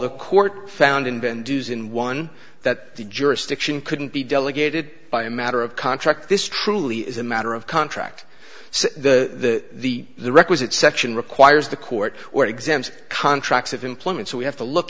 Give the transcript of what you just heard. the court found invent dues in one that the jurisdiction couldn't be delegated by a matter of contract this truly is a matter of contract so the the the requisite section requires the court or exams contracts of employment so we have to look